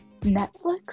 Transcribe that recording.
Netflix